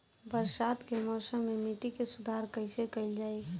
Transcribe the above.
बरसात के मौसम में मिट्टी के सुधार कइसे कइल जाई?